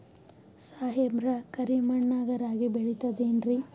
ಸಾಹೇಬ್ರ, ಕರಿ ಮಣ್ ನಾಗ ರಾಗಿ ಬೆಳಿತದೇನ್ರಿ?